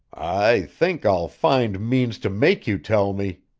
i think i'll find means to make you tell me!